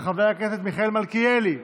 של חבר הכנסת מיכאל מלכיאלי,